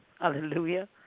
hallelujah